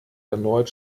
erneut